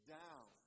down